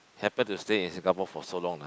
happen to stay in Singapore for so long ah